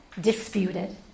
Disputed